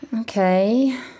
Okay